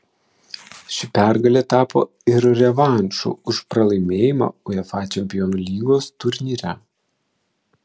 ši pergalė tapo ir revanšu už pralaimėjimą uefa čempionų lygos turnyre